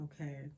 Okay